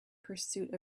pursuit